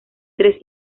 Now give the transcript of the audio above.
tres